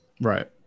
Right